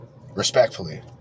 Respectfully